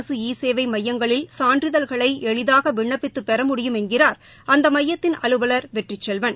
அரசு ஈ சேவை மையங்களில் சான்றிதழ்களை எளிதாக விண்ணப்பித்து பெற முடியும் என்கிறா் அந்த மையத்தின் அலுவலர் வெற்றிச்செல்வன்